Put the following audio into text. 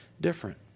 different